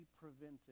prevented